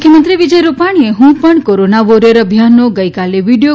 મુખ્યમંત્રી વિજય રૂપાણી ડું પણ કોરોના વોરિયર અભિયાનનો ગઈકાલે વિડિયો